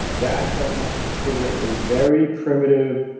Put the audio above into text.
that then has to trigger a very primitive,